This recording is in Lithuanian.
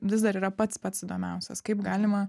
vis dar yra pats pats įdomiausias kaip galima